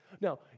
Now